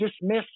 dismiss